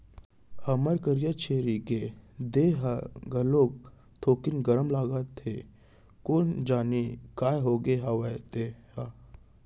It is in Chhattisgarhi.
हमर करिया छेरी के देहे ह घलोक थोकिन गरम लागत हे कोन जनी काय होगे हवय ते?